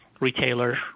retailer